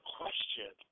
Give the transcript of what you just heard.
question